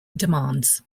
demands